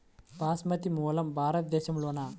బాస్మతి మూలం భారతదేశంలోనా?